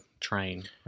train